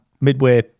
midway